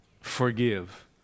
forgive